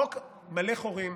החוק מלא חורים.